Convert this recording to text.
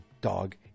dog